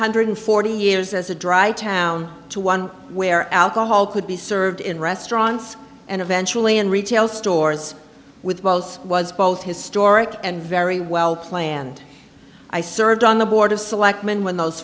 hundred forty years as a dry town to one where alcohol could be served in restaurants and eventually in retail stores with wells was both historic and very well planned i served on the board of selectmen when those